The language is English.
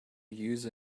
use